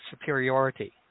superiority